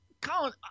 Colin